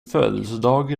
födelsedag